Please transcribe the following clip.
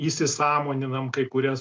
įsisąmoninam kai kurias